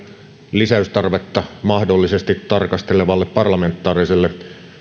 lisäystarvetta mahdollisesti tarkastelevalle parlamentaariselle